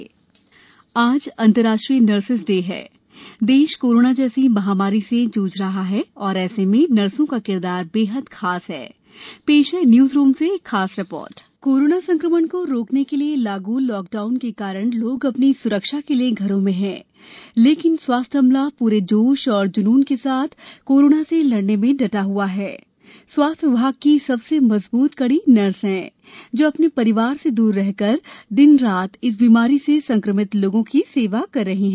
अंतरराष्ट्रीय nurses day आज अंतरराष्ट्रीय नर्सेज डे है देश कोरोना जैसी महामारी से जूझ रहा है और ऐसे में नर्सों का किरदार बेहद खास है कोरोना संक्रमण को रोकने के लिए लागू लाकडाउन के कारण लोग अपनी स्रक्षा के लिए घरों में हैं लेकिन स्वास्थ्य अमला पूरे जोश और जूनून के साथ कोरोना से लड़ने में डटा हआ है स्वास्थ्य विभाग की सबसे मजबूत कड़ी नर्स हैं जो अपने परिवार से दूर रहकर दिन रात इस बीमारी से संक्रमित लोगों की सेवा कर रही है